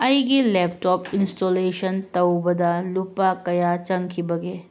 ꯑꯩꯒꯤ laptop installation ꯇꯧꯕꯗ ꯂꯨꯄꯥ ꯀꯌꯥ ꯆꯪꯈꯤꯕꯒꯦ